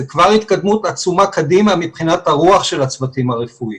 זו כבר התקדמות עצומה קדימה מבחינת הרוח של הצוותים הרפואיים,